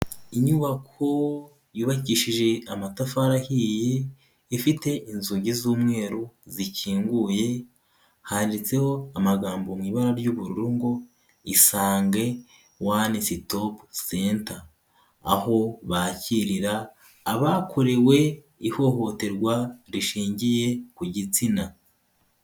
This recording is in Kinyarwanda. Inyubako yubakishije amatafari ahiye, ifite inzugi z'umweru zikinguye, handitseho amagambo mu ibara ry'ubururu, ngo isange one stop center. Aho bakirira abakorewe ihohoterwa rishingiye ku gitsina.